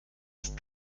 ist